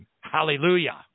Hallelujah